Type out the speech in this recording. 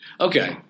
Okay